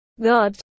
God